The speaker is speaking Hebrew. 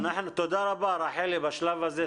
תודה רבה רחלי בשלב הזה.